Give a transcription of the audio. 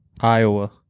Iowa